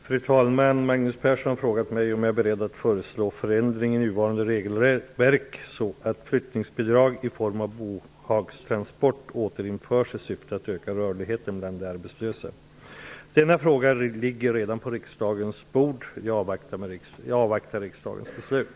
Fru talman! Magnus Persson har frågat mig om jag är beredd att föreslå förändring av nuvarande regelverk så att flyttningsbidrag i form av bohagstransport återinförs i syfte att öka rörligheten bland de arbetslösa. Denna fråga ligger redan på riksdagens bord. Jag avvaktar riksdagens beslut.